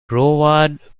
broward